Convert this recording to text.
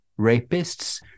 rapists